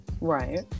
Right